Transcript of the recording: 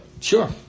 Sure